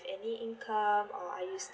any income or are you